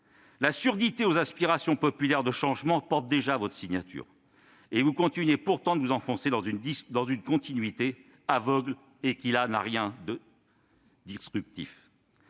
La surdité aux aspirations populaires au changement porte déjà votre signature, et vous persistez pourtant à vous enfoncer dans une continuité aveugle, qui n'a rien de « disruptif